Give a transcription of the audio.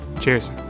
Cheers